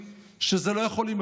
שאר החברה נקראת לדגל,